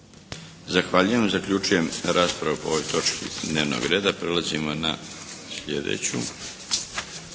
Zahvaljuje. Zaključujem raspravu po ovoj točki dnevnog reda. **Šeks, Vladimir